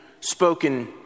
spoken